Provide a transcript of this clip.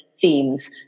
themes